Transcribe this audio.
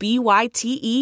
B-Y-T-E